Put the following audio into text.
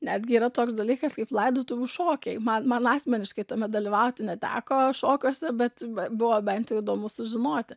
netgi yra toks dalykas kaip laidotuvių šokiai man man asmeniškai tame dalyvauti neteko šokiuose bet be buvo bent jau įdomu sužinoti